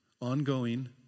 Ongoing